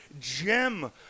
gem